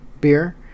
beer